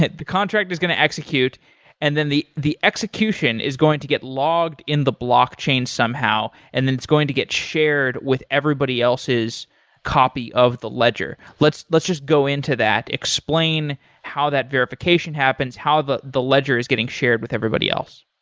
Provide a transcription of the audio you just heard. the contract is going to execute and then the the execution is going to get logged in the blockchain somehow and then it's going to get shared with everybody else's copy of the ledger. let's let's just go into that. explain how that verification happens. how the the ledger is getting shared with everybody else.